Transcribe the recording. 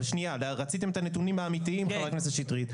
רציתם את הנתונים האמיתיים, חברת הכנסת שטרית.